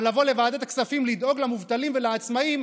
אבל לבוא לוועדת הכספים לדאוג למובטלים ולעצמאים,